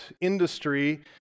industry